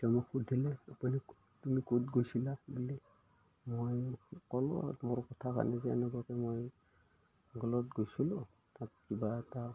তেওঁ মোক সুধিলে আপুনি তুমি ক'ত গৈছিলা বুলি মই ক'লো আৰু মোৰ কথা এনে যে এনেকুৱাকৈ মই গ'লত গৈছিলোঁ তাত কিবা এটা